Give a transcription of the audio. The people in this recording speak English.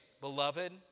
Beloved